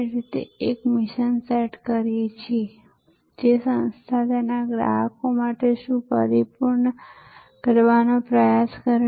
અહીં હું મારા અંતિમ બોર્ડિંગ કાર્ડની છાપ બહાર કરી શકું છું હું મારી થેલીનું વજન કરી શકું છું અને તે મુજબ હું મારા સામાનના ટૅગ્સ છાપી શકું છું